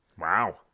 Wow